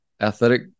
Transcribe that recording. athletic